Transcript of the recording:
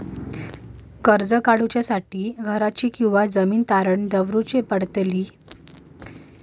कर्ज काढच्या खातीर घराची किंवा जमीन तारण दवरूची पडतली?